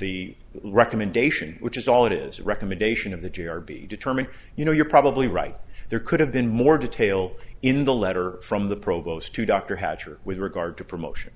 the recommendation which is all it is a recommendation of the g r b determine you know you're probably right there could have been more detail in the letter from the provost to dr hatcher with regard to promotion